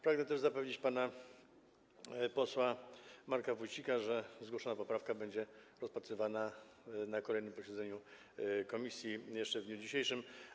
Pragnę też zapewnić pana posła Marka Wójcika, że zgłoszona poprawka będzie rozpatrywana na kolejnym posiedzeniu komisji jeszcze w dniu dzisiejszym.